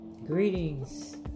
Greetings